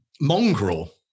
mongrel